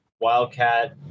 Wildcat